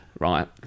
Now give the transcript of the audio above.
Right